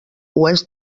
oest